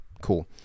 Cool